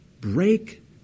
break